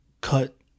cut